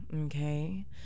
okay